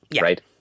right